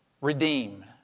Redeem